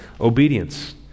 obedience